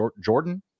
Jordan